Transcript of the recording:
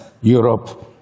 Europe